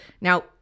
Now